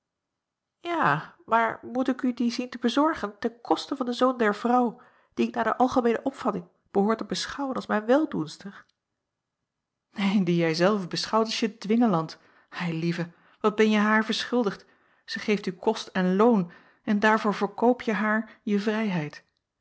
ja maar moet ik u die zien te bezorgen ten koste van den zoon der vrouw die ik naar de algemeene opvatting behoor te beschouwen als mijn weldoenster en die jij zelve beschouwt als je dwingeland eilieve wat benje haar verschuldigd zij geeft u kost en loon en daarvoor verkoop je haar je vrijheid